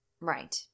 Right